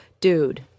dude